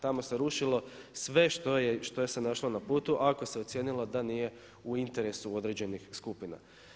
Tamo se rušilo sve što se je našlo na putu ako se ocijenilo da nije u interesu određenih skupina.